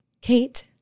Kate